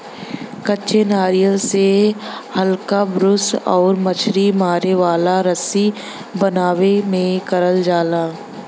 कच्चे नारियल से हल्का ब्रूस आउर मछरी मारे वाला रस्सी बनावे में करल जाला